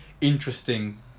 interesting